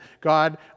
God